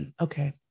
okay